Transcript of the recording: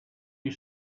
you